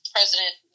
President